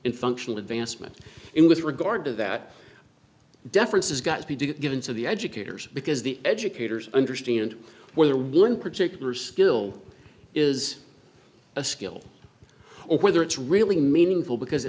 in functional advancement in with regard to that deference has got to be to get into the educators because the educators understand whether one particular skill is a skill or whether it's really meaningful because